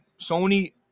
sony